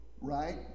right